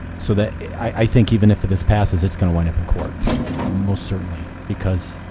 so that i think even if this passes, it's going to wind up in court most certainly because